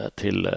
till